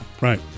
right